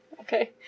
Okay